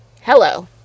Hello